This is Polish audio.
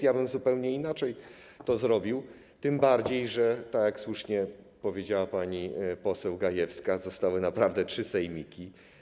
Ja zupełnie inaczej bym to zrobił, tym bardziej że, jak słusznie powiedziała pani poseł Gajewska, zostały naprawdę trzy sejmiki.